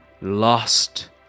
lost